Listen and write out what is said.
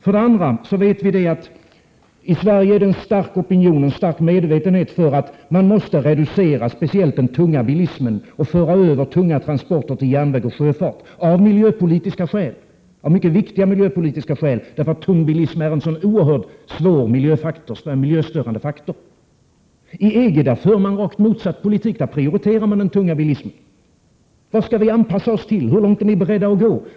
För det andra: Vi vet att det i Sverige finns en stark opinion för och medvetenhet om att vi måste reducera speciellt den tunga bilismen och föra över tunga transporter till järnväg och sjöfart, av mycket viktiga miljöpolitiska skäl, därför att den tunga bilismen är en mycket svår miljöstörande faktor. I EG för man rakt motsatt politik. Där prioriterar man den tunga bilismen. Vad skall vi anpassa oss till? Hur långt är ni beredda att gå?